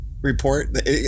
report